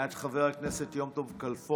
מאת חבר הכנסת יום טוב כלפון,